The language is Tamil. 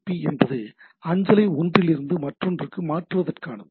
பி என்பது அஞ்சலை ஒன்றிலிருந்து மற்றொன்றுக்கு மாற்றுவதற்கானது